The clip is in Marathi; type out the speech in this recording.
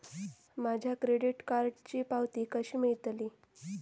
माझ्या क्रेडीट कार्डची पावती कशी मिळतली?